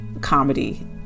comedy